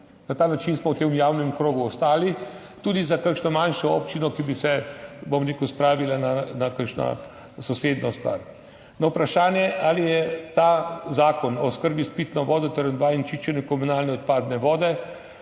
Na ta način smo v tem javnem krogu ostali tudi za kakšno manjšo občino, ki bi se, bom rekel, spravila na kakšno sosednjo stvar. Na vprašanje ali je ta zakon o oskrbi s pitno vodo ter odvajanju in čiščenju komunalne odpadne vode